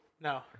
No